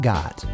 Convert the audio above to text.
Got